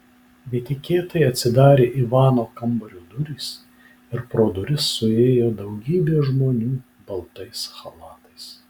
netikėtai atsidarė ivano kambario durys ir pro duris suėjo daugybė žmonių baltais chalatais